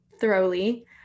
thoroughly